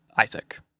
Isaac